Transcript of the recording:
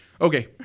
Okay